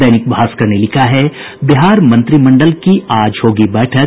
दैनिक भास्कर ने लिखा है बिहार मंत्रिमंडल की आज होगी बैठक